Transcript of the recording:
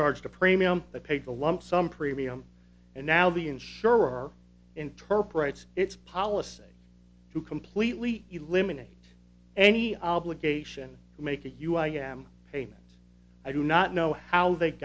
charged a premium that paid a lump sum premium and now the insurer interprets its policy to completely eliminate any obligation to make to you i am payments i do not know how they